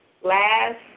last